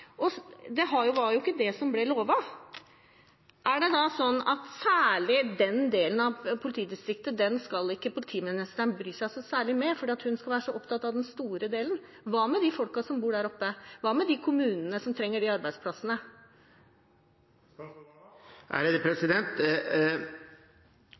Det var ikke det som ble lovet. Er det da sånn at særlig denne delen av politidistriktet skal ikke politimesteren bry seg særlig med, fordi hun skal være opptatt av den store delen? Hva med de folkene som bor der? Hva med kommunene som trenger disse arbeidsplassene?